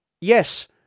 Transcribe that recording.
yes